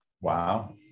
wow